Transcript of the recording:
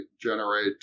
generate